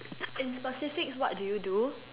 in specifics what do you do